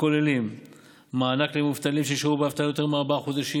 הכוללים מענק למובטלים ששהו באבטלה יותר מארבעה חודשים